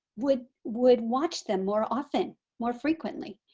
would would watch them more often, more frequently.